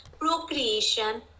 procreation